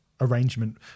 arrangement